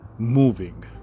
Moving